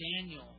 Daniel